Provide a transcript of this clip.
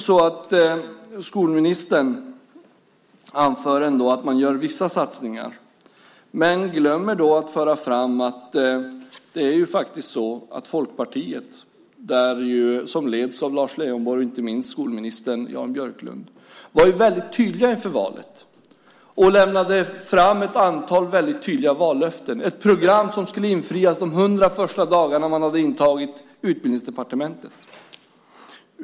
Skolministern anför ändå att man gör vissa satsningar men glömmer då att föra fram att Folkpartiet, som leds av Lars Leijonborg och inte minst skolminister Jan Björklund, faktiskt var väldigt tydligt inför valet. Man lämnade fram ett antal väldigt tydliga vallöften, ett program som skulle infrias de hundra första dagarna man hade intagit Utbildningsdepartementet.